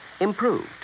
improved